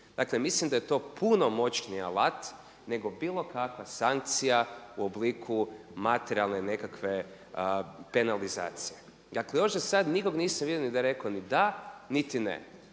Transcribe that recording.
Dakle, mislim da je to puno moćniji alat nego bila kakva sankcija u obliku materijalne nekakve penalizacije. Dakle, još zasad nikog nisam vidio da je rekao ni da niti ne.